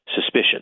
suspicion